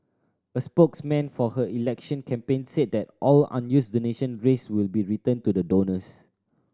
a spokesman for her election campaign said that all unused donation raised will be returned to the donors